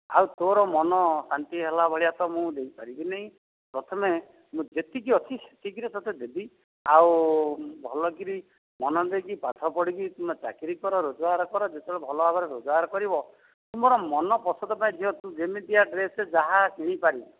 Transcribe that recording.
ଆଉ ତୋର ମନ ଶାନ୍ତି ହେଲା ଭଳିଆ ତ ମୁଁ ଦେଇ ପାରିବି ନାହିଁ ପ୍ରଥମେ ମୁଁ ଯେତିକି ଅଛି ସେତିକିରେ ତୋତେ ଦେବି ଆଉ ଭଲକରି ମନ ଦେଇକି ପାଠ ପଢ଼ିକି ତୁ ମା' ଚାକିରି କର ରୋଜଗାର କର ଯେତେବେଳେ ଭଲ ଭାବରେ ରୋଜଗାର କରିବ ତୁମର ମନ ପସନ୍ଦ ପାଇଁ ଝିଅ ତୁ ଯେମିତିଆ ଡ୍ରେସ୍ ଯାହା କିଣିପାରିବୁ